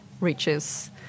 reaches